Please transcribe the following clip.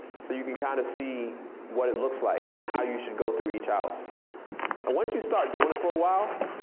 so you can kind of see what it looks like and how you should go through each house. and once you start doin' it for a while,